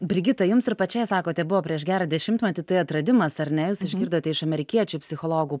brigita jums ir pačiai sakote buvo prieš gerą dešimtmetį tai atradimas ar ne jūs išgirdote iš amerikiečių psichologų